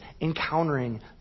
encountering